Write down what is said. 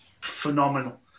phenomenal